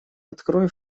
открой